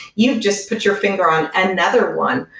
you've just put your finger on another one,